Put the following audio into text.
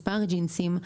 מספר ג'ינסים,